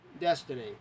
Destiny